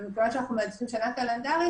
ומכיוון שאנחנו מעדיפים שנה קלנדרית